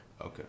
Okay